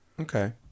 Okay